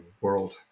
world